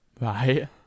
Right